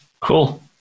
Cool